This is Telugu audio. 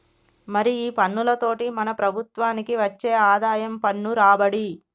మరి ఈ పన్నులతోటి మన ప్రభుత్వనికి వచ్చే ఆదాయం పన్ను రాబడి